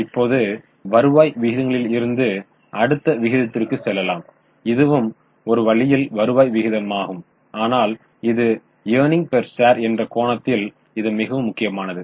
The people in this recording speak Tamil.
இப்போது வருவாய் விகிதங்களில் இருந்து அடுத்த விகிதத்திற்கு செல்லலாம் இதுவும் ஒரு வழியில் வருவாய் விகிதமாகும் ஆனால் இது ஏர்னிங் பேர் ஷேர் என்ற கோணத்தில் இது மிகவும் முக்கியமானது